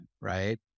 right